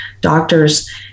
doctors